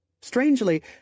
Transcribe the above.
Strangely